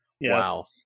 Wow